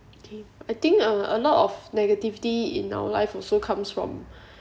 okay I think uh a lot of negativity in our life also comes from